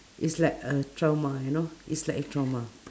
it's like a trauma you know it's like trauma